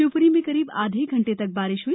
शिव ्री में करीब आधे घंटे तक बारिश हई